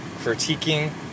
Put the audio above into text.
critiquing